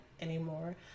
anymore